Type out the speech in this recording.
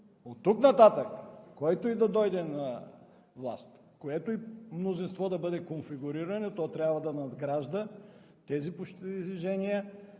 Оттук нататък който и да дойде на власт, което и мнозинство да бъде конфигурирано, то трябва да надгражда тези постижения,